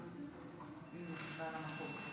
על הצעת החוק.